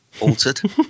altered